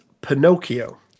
Pinocchio